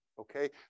Okay